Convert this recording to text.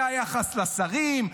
זה היחס לשרים.